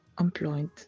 employed